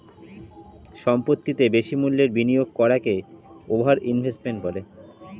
সম্পত্তিতে বেশি মূল্যের বিনিয়োগ করাকে ওভার ইনভেস্টিং বলে